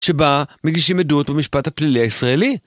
שבה מגישים עדות במשפט הפלילי הישראלי?